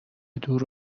دور